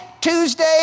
Tuesday